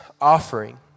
offering